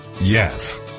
yes